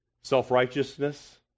Self-righteousness